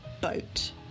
boat